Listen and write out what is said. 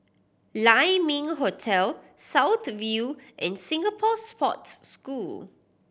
Lai Ming Hotel South View and Singapore Sports School